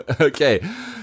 Okay